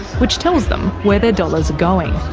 which tells them where their dollars are going.